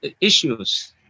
issues